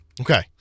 Okay